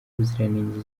ubuziranenge